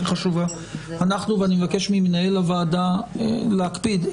היא חשובה ואני מבקש ממנהל הוועדה להקפיד,